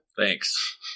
Thanks